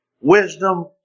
wisdom